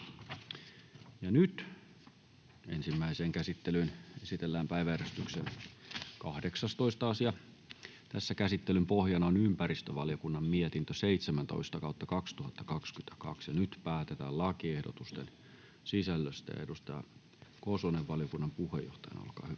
Ensimmäiseen käsittelyyn esitellään päiväjärjestyksen 18. asia. Käsittelyn pohjana on ympäristövaliokunnan mietintö YmVM 17/2022 vp. Nyt päätetään lakiehdotusten sisällöstä. — Edustaja Kosonen, valiokunnan puheenjohtaja, olkaa hyvä.